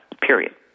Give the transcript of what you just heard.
period